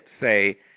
say